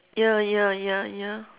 ya ya ya ya